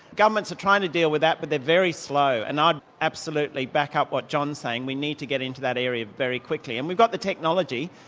governments are trying to deal with that but they're very slow. and i absolutely back-up what john's saying, we need to get into that area very quickly and we've got the technology.